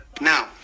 Now